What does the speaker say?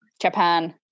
Japan